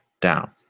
down